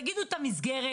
תגידו את המסגרת,